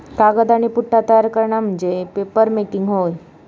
कागद आणि पुठ्ठा तयार करणा म्हणजे पेपरमेकिंग होय